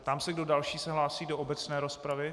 Ptám se, kdo další se hlásí do obecné rozpravy.